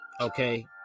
okay